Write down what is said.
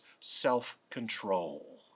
self-control